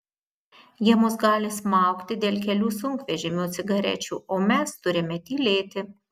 jie mus gali smaugti dėl kelių sunkvežimių cigarečių o mes turime tylėti